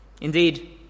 Indeed